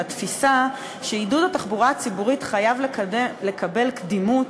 על התפיסה שעידוד התחבורה הציבורית חייב לקבל קדימות